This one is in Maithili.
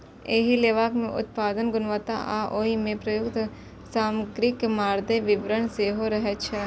एहि लेबल मे उत्पादक गुणवत्ता आ ओइ मे प्रयुक्त सामग्रीक मादे विवरण सेहो रहै छै